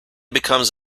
becomes